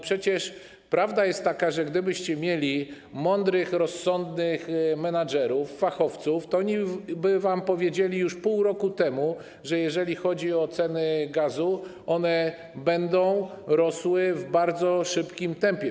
Przecież prawda jest taka, że gdybyście mieli mądrych, rozsądnych menedżerów, fachowców, to oni by wam powiedzieli już pół roku temu, że jeżeli chodzi o ceny gazu, to one będą rosły w bardzo szybkim tempie.